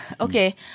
okay